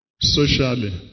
Socially